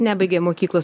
nebaigė mokyklos